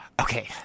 Okay